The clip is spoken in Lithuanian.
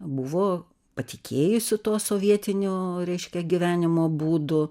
buvo patikėjusi tuo sovietiniu reiškia gyvenimo būdu